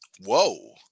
Whoa